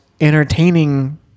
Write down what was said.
entertaining